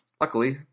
Luckily